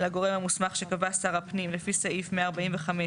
לגורם המוסמך שקבע שר הפנים לפי סעיף 145(ו)(1)